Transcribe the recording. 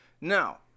Now